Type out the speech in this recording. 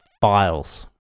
files